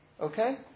Okay